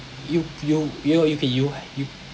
you you you okay you you